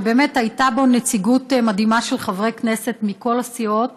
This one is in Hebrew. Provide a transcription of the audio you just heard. שבאמת הייתה בו נציגות מדהימה של חברי כנסת מכל הסיעות,